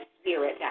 spirit